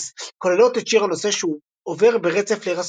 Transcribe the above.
כוללות את שיר הנושא שעובר ברצף ל-"Rasputin".